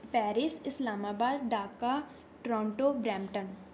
Paris Islamabad Dhaka Toronto Brampton